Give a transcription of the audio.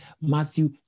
matthew